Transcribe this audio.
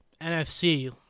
NFC